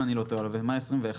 אם אני לא טועה, ומאי 2021,